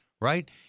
right